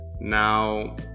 Now